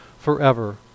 forever